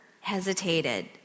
hesitated